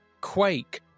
Quake